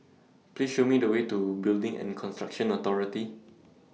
Please Show Me The Way to Building and Construction Authority